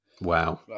Wow